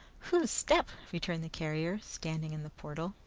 whose step? returned the carrier, standing in the portal,